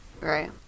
Right